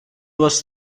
was